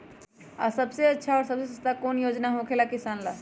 आ सबसे अच्छा और सबसे सस्ता कौन योजना होखेला किसान ला?